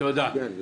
תודה.